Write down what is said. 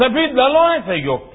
सभी दलों ने सहयोग किया